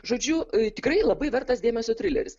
žodžiu tikrai labai vertas dėmesio trileris